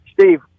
Steve